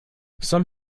some